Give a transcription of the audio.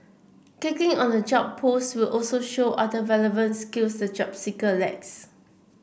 kicking on the job post will also show other relevant skills the job seeker lacks